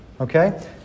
Okay